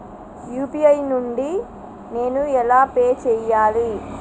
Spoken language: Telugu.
యూ.పీ.ఐ నుండి నేను ఎలా పే చెయ్యాలి?